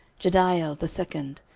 jediael the second,